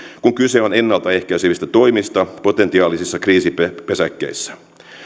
kun kyse on ennalta ehkäisevistä toimista potentiaalisissa kriisipesäkkeissä